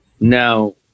Now